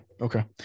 okay